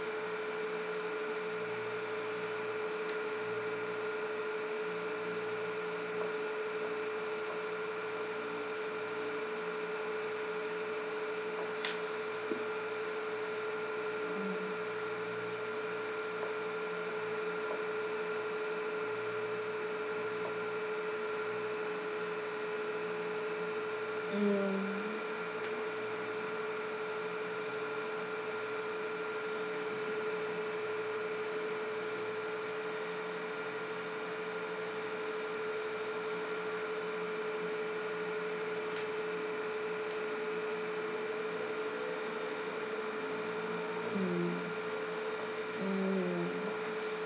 mm mm mm